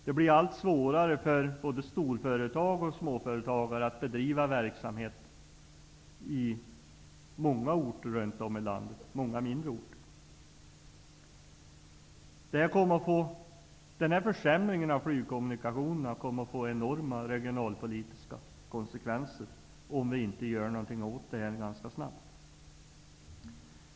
Det blir allt svårare både för storföretag och för småföretag att bedriva någon verksamhet i många mindre orter runt om i landet. Försämringen av flygkommunikationerna kommer att få enorma regionalpolitiska konsekvenser, om vi inte gör något åt den ganska snabbt.